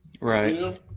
Right